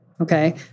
Okay